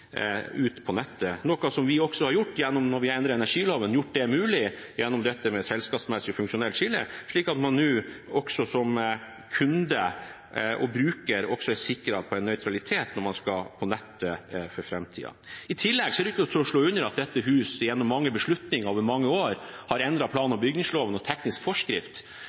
ut på nettet. Det har vi også gjort mulig – da vi endret energiloven – gjennom dette med selskapsmessig og funksjonelt skille, slik at man nå også som kunde og bruker er sikret nøytralitet når man skal på nettet for framtiden. I tillegg er det ikke til å underslå at dette huset gjennom mange beslutninger over mange år har endret plan- og bygningsloven og teknisk forskrift,